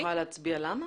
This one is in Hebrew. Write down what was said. את יכולה להצביע למה?